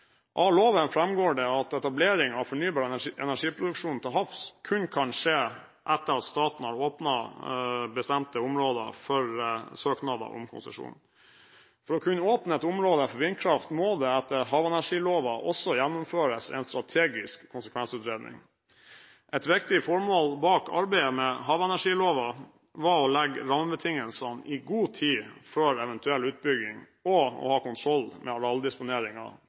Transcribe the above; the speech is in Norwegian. Av loven framgår det at etablering av fornybar energiproduksjon til havs kun kan skje etter at staten har åpnet bestemte områder for søknader om konsesjon. For å kunne åpne et område for vindkraft må det etter havenergiloven også gjennomføres en strategisk konsekvensutredning. Et viktig formål bak arbeidet med havenergiloven var å legge rammebetingelsene i god tid før eventuell utbygging og å ha kontroll med